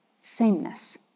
sameness